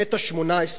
קטע 18,